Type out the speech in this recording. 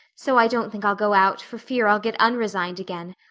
so i don't think i'll go out for fear i'll get unresigned again.